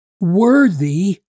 worthy